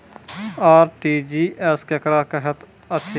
RTGS केकरा कहैत अछि?